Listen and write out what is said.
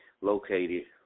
located